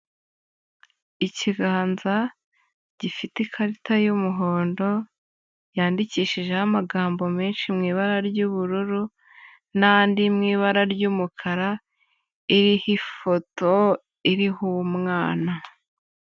Ikiganza gifite ikarita y'umuhondo, yandikishijeho amagambo menshi mu ibara ry'ubururu n'andi mu ibara ry'umukara, iriho ifoto iriho umwana.